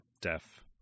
deaf